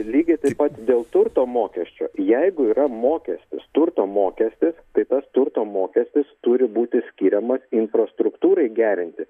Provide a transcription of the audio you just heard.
lygiai taip pat dėl turto mokesčio jeigu yra mokestis turto mokestis tai tas turto mokestis turi būti skiriamas infrastruktūrai gerinti